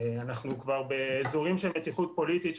בזירה הציבורית,